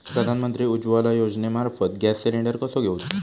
प्रधानमंत्री उज्वला योजनेमार्फत gas cylinder कसो घेऊचो?